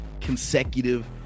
consecutive